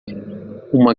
uma